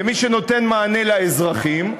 כמי שנותן מענה לאזרחים,